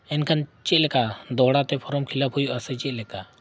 ᱮᱱᱠᱷᱟᱱ ᱪᱮᱫ ᱞᱮᱠᱟ ᱫᱚᱦᱲᱟ ᱛᱮ ᱦᱩᱭᱩᱜᱼᱟ ᱥᱮ ᱪᱮᱫ ᱞᱮᱠᱟ